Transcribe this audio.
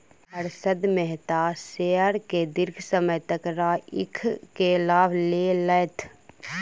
Harshad Mehta share के दीर्घ समय तक राइख के लाभ लेलैथ